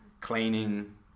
Cleaning